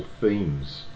themes